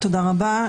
תודה רבה.